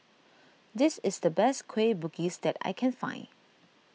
this is the best Kueh Bugis that I can find